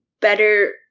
better